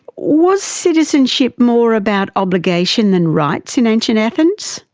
was citizenship more about obligation than rights in ancient athens?